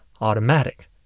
automatic